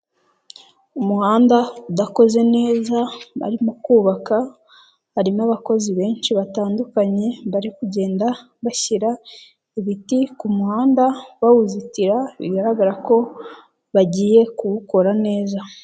Umuhanda udakoze neza barimo kubaka, harimo abakozi benshi batandukanye bari kugenda bashyira ibiti ku muhanda bawuzitira bigaragara ko bagiye kuwukora neza.